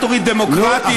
לאחר דבריו של יובל שטייניץ.